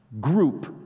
group